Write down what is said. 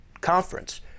conference